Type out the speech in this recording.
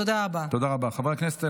תודה רבה.